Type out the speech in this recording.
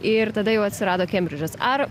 ir tada jau atsirado kembridžas ar